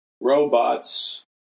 robots